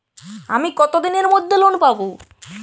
আমি কতদিনের মধ্যে লোন পাব?